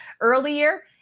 earlier